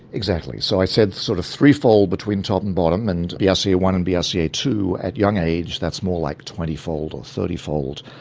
exactly. so i said sort of threefold between top and bottom, and b r ah c a one and b r c a two at young age, that's more like twentyfold or thirtyfold.